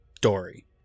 Dory